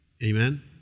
Amen